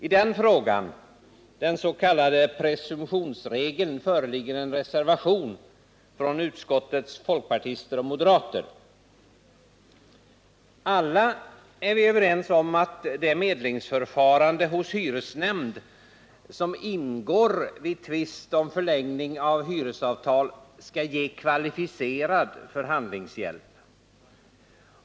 I den frågan — den s.k. presumtionsregeln — föreligger en reservation från utskottets folkpartister och moderater. Alla är vi överens om att det medlingsförfarande hos hyresnämnd som ingår vid tvist om förlängning av hyresavtal skall ge kvalificerad förhandlingshjälp.